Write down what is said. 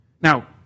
Now